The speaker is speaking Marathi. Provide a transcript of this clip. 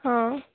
हां